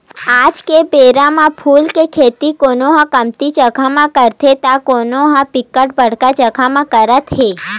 आज के बेरा म फूल के खेती कोनो ह कमती जगा म करथे त कोनो ह बिकट बड़का जगा म करत हे